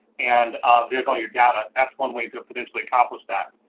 and there's all your data. that's one way to potentially accomplish that.